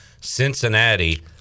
Cincinnati